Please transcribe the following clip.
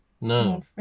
No